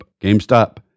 GameStop